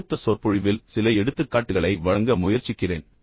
மீண்டும் அடுத்த சொற்பொழிவில் சில எடுத்துக்காட்டுகளை வழங்க முயற்சிக்கிறேன்